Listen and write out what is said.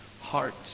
heart